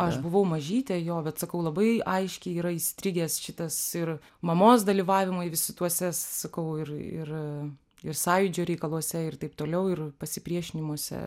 aš buvau mažytė jo bet atsakau labai aiškiai yra įstrigęs šitas ir mamos dalyvavimai visi tuose sakau ir ir ir sąjūdžio reikaluose ir taip toliau ir pasipriešinimuose